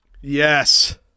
Yes